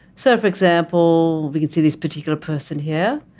so for example, we can see this particular person here.